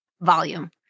volume